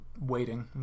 Waiting